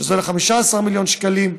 שזה עולה 15 מיליון שקלים.